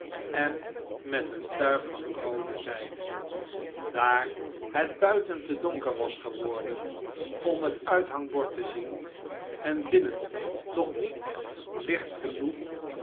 en met een tuig van roode zijde daar het buiten te donker was geworden om het uithangbord te zien en binnen nog niet licht genoeg